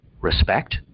respect